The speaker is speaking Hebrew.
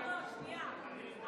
לא, שנייה.